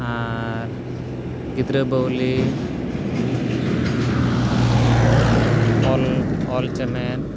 ᱟᱨ ᱜᱤᱫᱽᱨᱟᱹ ᱵᱟᱹᱣᱞᱤ ᱚᱞ ᱪᱮᱢᱮᱫ